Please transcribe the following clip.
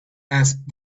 asked